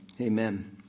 amen